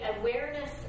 awareness